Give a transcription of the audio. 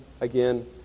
again